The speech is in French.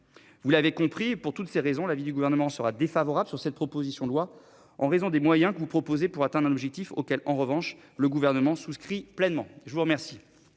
Vous l'avez compris, pour toutes ces raisons, l'avis du Gouvernement sera défavorable sur cette proposition de loi en raison des moyens que vous proposez pour atteindre un objectif auquel, en revanche le gouvernement souscrit pleinement. Je vous remercie.